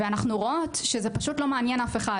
ואנחנו רואות שזה פשוט לא מעניין אף אחד,